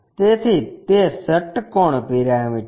તેથી તે ષટ્કોણ પિરામિડ છે